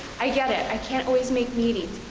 i get it, i can't always make meetings.